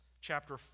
chapter